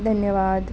धन्यवाद